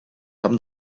haben